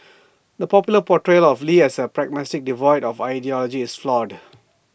the popular portrayal of lee as A pragmatist devoid of ideology is flawed